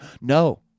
No